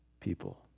people